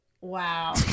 Wow